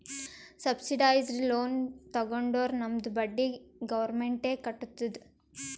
subsidised loan ತಗೊಂಡುರ್ ನಮ್ದು ಬಡ್ಡಿ ಗೌರ್ಮೆಂಟ್ ಎ ಕಟ್ಟತ್ತುದ್